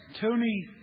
Tony